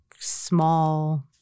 small